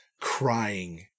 crying